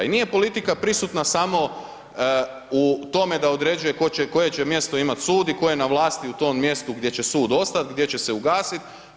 I nije politika prisutna samo u tome da određuje koje će mjesto imati sud i tko je na vlasti u tom mjestu gdje će sud ostati, gdje će se ugasiti.